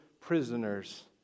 prisoners